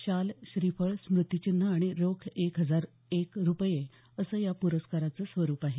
शाल श्रीफळ स्मुतिचिन्ह आणि रोख एक हजार एक रुपये असं या प्रस्काराचं स्वरुप आहे